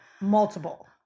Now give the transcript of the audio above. multiple